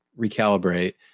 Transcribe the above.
recalibrate